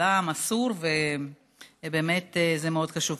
לטיפולה המסור, ובאמת זה מאוד חשוב.